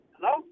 Hello